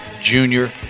Junior